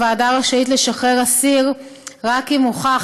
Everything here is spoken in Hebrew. הוועדה רשאית לשחרר אסיר רק אם הוכח